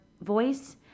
voice